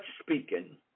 speaking